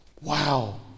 Wow